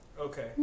Okay